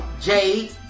Jade